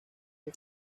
que